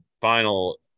final